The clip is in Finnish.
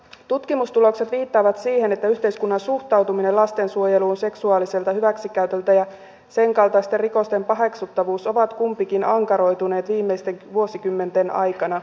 tutkimustulokset viittaavat siihen että yhteiskunnan suhtautuminen lasten suojeluun seksuaaliselta hyväksikäytöltä ja sen kaltaisten rikosten paheksuttavuus ovat kumpikin ankaroituneet viimeisten vuosikymmenten aikana